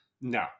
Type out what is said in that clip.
no